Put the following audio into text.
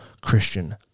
Christian